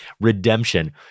redemption